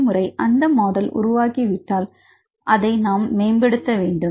ஒருமுறை அந்த மாடல் உருவாக்கிவிட்டால் அதை நாம் மேம்படுத்த வேண்டும்